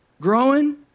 Growing